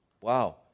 Wow